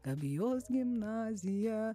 gabijos gimnazija